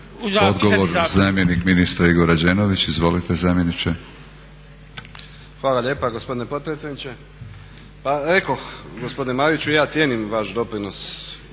Odgovor zamjenik ministra Igor Rađenović. Izvolite zamjeniče. **Rađenović, Igor (SDP)** Hvala lijepa gospodine potpredsjedniče. Pa rekoh gospodine Mariću, ja cijenim vaš doprinos